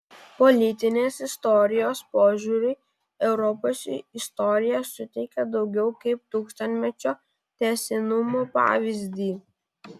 politinės istorijos požiūriu europos istorija suteikia daugiau kaip tūkstantmečio tęstinumo pavyzdį